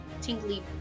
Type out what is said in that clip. tingly